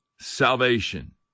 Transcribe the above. salvation